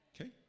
Okay